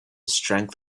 strength